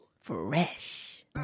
Fresh